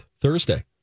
Thursday